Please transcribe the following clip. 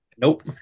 Nope